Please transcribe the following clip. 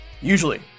Usually